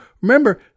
Remember